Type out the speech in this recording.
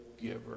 giver